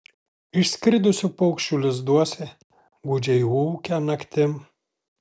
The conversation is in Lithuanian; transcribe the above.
išskridusių paukščių lizduose gūdžiai ūkia naktim